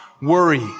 worry